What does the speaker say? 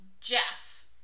Jeff